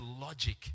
logic